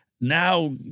now